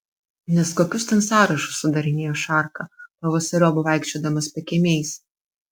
nes kokius ten sąrašus sudarinėjo šarka pavasariop vaikščiodamas pakiemiais